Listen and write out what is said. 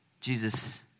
Jesus